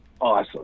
awesome